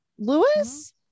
Lewis